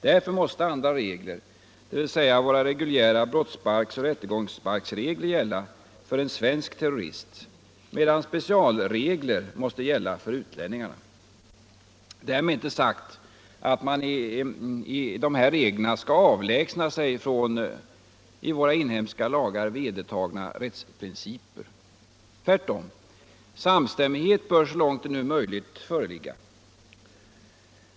Därför måste andra regler — dvs. våra reguljära brottsbalksoch rättegångsbalksregler — gälla för en svensk terrorist, medan specialregler måste gälla för utlänningarna. Därmed inte sagt att man i dessa regler skall avlägsna sig från i våra inhemska lagar vedertagna rättsprinciper. Tvärtom — samstämmighet bör så långt det nu är möjligt föreligga.